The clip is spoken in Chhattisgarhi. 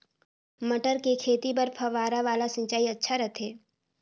मटर के खेती बर फव्वारा वाला सिंचाई अच्छा रथे?